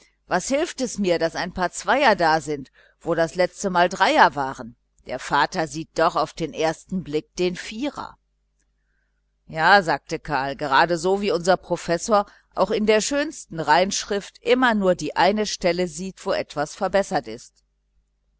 was hilft es mich daß ein paar zweier sind wo das letztemal dreier waren der vater sieht doch auf den ersten blick den vierer ja sagte karl gerade so wie unser professor auch in der schönsten reinschrift immer nur die eine stelle sieht wo etwas korrigiert ist